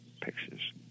pictures